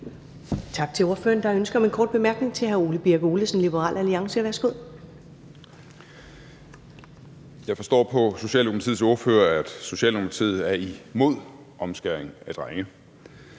Tak til ordføreren. Der er ønske om en kort bemærkning til hr. Ole Birk Olesen, Liberal Alliance. Værsgo. Kl. 13:58 Ole Birk Olesen (LA): Jeg forstår på Socialdemokratiets ordfører, at Socialdemokratiet er imod omskæring af drenge,